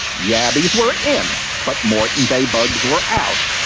yabbies were in, but moreton bay bugs were out.